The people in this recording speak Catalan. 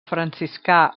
franciscà